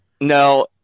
No